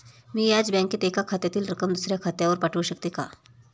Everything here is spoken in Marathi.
मी याच बँकेत एका खात्यातील रक्कम दुसऱ्या खात्यावर पाठवू शकते का?